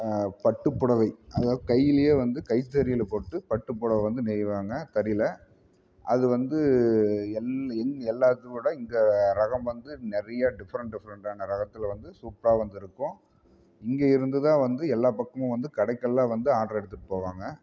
பட்டுப்புடவை அதாவது கையிலேயே வந்து கைத்தறியில் போட்டு பட்டுப் புடவை வந்து நெய்வாங்க தறியில் அது வந்து எல் எல் எல்லாத்தோட இங்கே ரகம் வந்து நிறைய டிஃபரென்ட் டிஃபரென்ட்டான ரகத்தில் வந்து சூப்பராக வந்துருக்கும் இங்கே இருந்துதான் வந்து எல்லா பக்கமும் வந்து கடைக்கெல்லாம் வந்து ஆர்டர் எடுத்துகிட்டு போவாங்க